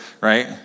right